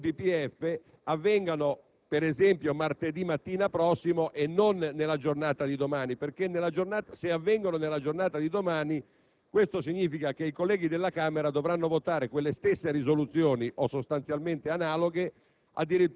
quella - avvenga, per esempio, martedì mattina prossimo e non nella giornata di domani. Se avverrà infatti nella giornata di domani ciò significa che i colleghi della Camera dovranno votare quelle stesse risoluzioni, o risoluzioni sostanzialmente analoghe,